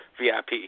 VIP